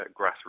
grassroots